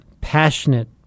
passionate